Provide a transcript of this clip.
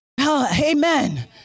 Amen